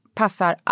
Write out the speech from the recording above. passar